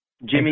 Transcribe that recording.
Jimmy